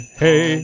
hey